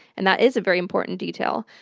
and that is a very important detail.